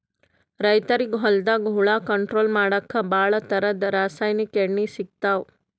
ರೈತರಿಗ್ ಹೊಲ್ದಾಗ ಹುಳ ಕಂಟ್ರೋಲ್ ಮಾಡಕ್ಕ್ ಭಾಳ್ ಥರದ್ ರಾಸಾಯನಿಕ್ ಎಣ್ಣಿ ಸಿಗ್ತಾವ್